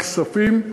כספים,